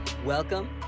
Welcome